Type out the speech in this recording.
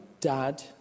dad